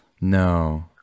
no